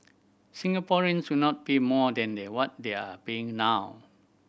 Singaporeans will not pay more than what they are paying now